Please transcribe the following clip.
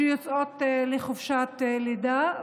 שיוצאות לחופשת לידה,